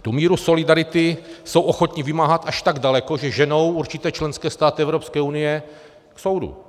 Tu míru solidarity jsou ochotni vymáhat až tak daleko, že ženou určité členské státy Evropské unie k soudu.